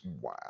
Wow